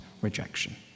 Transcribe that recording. rejection